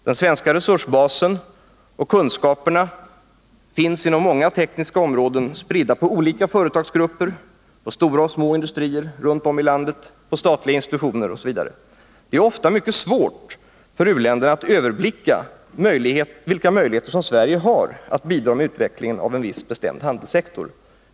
Den svenska resursbasen och de svenska kunskaperna finns inom många tekniska områden spridda på olika företagsgrupper, på stora och små industrier runt om i landet, på statliga institutioner osv. Det är ofta mycket svårt för u-länderna att överblicka vilka möjligheter Sverige har att bidra med utvecklingen av en viss bestämd handelssektor.